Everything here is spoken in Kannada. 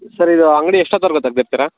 ಸರ್ ಇದು ಅಂಗಡಿ ಎಷ್ಟೊತ್ವರೆಗು ತಗೆದಿರ್ತಿರಾ